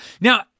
Now